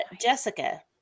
Jessica